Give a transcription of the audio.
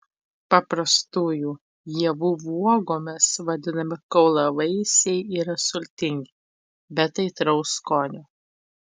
paprastųjų ievų uogomis vadinami kaulavaisiai yra sultingi bet aitraus skonio